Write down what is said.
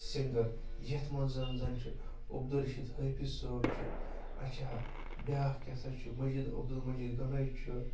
singer یَتھ منٛز زَن چھُ عبد الرشیٖد حٲفِظ صٲب چھُ اچھا بیٛاکھ کیٛاہ سا چھُ مجیٖد عبد المجیٖد غنایی چھُ